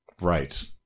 Right